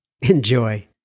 Enjoy